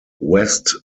west